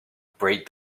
bright